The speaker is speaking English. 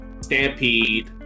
Stampede